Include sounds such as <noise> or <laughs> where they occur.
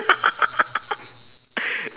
<laughs>